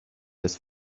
his